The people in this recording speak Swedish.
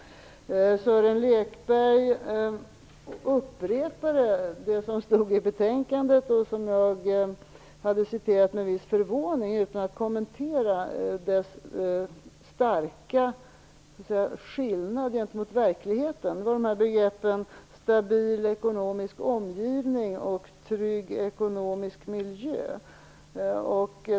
Sören Lekberg upprepade det som står i betänkandet och som jag citerade med viss förvåning utan att kommentera dess starka skillnad gentemot verkligheten. Det var begreppen "stabil ekonomisk omgivning" och "trygg ekonomisk miljö".